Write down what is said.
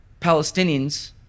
Palestinians